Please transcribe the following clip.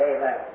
Amen